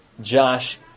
Josh